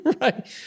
Right